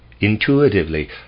intuitively